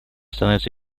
становится